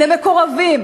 למקורבים,